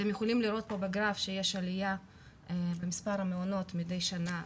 אתם יכולים לראות פה בגרף שיש עליה במספר המעונות מדי שנה,